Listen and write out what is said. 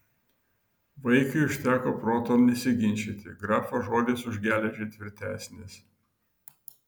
vaikiui užteko proto nesiginčyti grafo žodis už geležį tvirtesnis